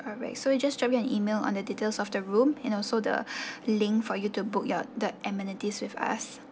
alright so you just drop you an email on the details of the room and also the link for you to book your the amenities with us